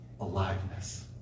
Aliveness